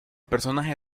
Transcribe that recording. personaje